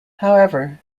however